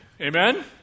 Amen